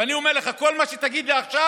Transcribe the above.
ואני אומר לך, על כל מה שתגיד לי עכשיו,